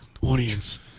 audience